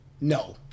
No